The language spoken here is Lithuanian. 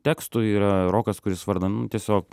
tekstų yra rokas kuris vardan tiesiog